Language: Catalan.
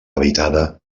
habitada